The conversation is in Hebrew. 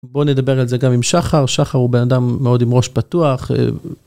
בואו נדבר על זה גם עם שחר, שחר הוא בן אדם מאוד עם ראש פתוח.